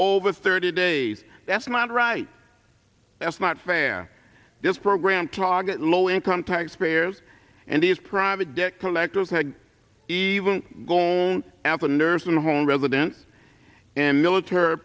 over thirty days that's not right that's not fair this program trog low income taxpayers and these private debt collectors even gold apple nursing home resident and military